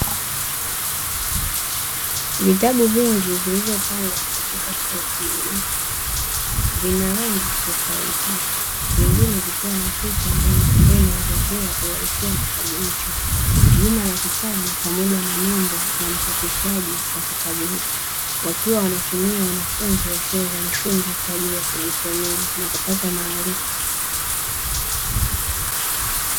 Vitabu vingi vilivyopangwa katika shelfu moja. Vina rangi tofauti, vingine vikiwa na picha mbele ambayo inaelezea uhalisia wa kitabu hicho. Jina la kitabu pamoja na nembo ya mchapishaji wa kitabu hiko, wakiwa wanatumia wanafunzi wa shule za msingi kwa ajili ya kujisomea na kupata maarifa.